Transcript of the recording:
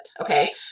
okay